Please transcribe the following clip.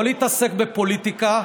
לא להתעסק בפוליטיקה.